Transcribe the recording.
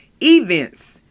Events